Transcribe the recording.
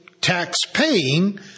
tax-paying